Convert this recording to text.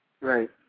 Right